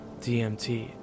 DMT